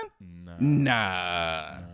Nah